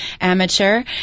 Amateur